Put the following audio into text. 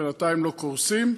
בינתיים לא קורסים.